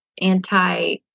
anti